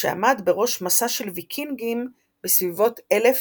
שעמד בראש מסע של ויקינגים בסביבות 1000 לספירה.